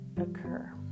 occur